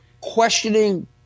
Questioning